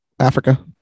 Africa